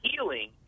healing